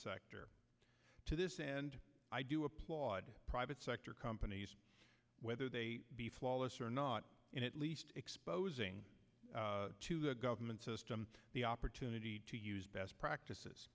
sector to this and i do applaud private sector companies whether they be flawless or not in at least exposing government system the opportunity to use best practices